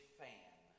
fan